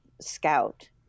scout